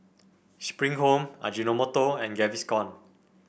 Spring Home Ajinomoto and Gaviscon